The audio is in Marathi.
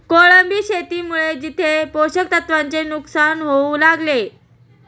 कोळंबी शेतीमुळे तिथे पोषक तत्वांचे नुकसान होऊ लागले